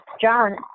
John